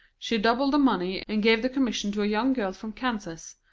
she doubled the money and gave the commission to a young girl from kansas,